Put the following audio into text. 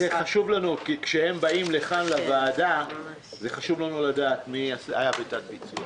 זה חשוב לנו כי כשהם באים לכאן לוועדה חשוב לנו לדעת מי היה בתת-ביצוע.